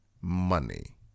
money